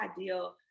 ideal